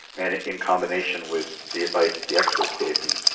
and in combination with the advice the experts gave me,